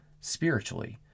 spiritually